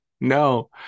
No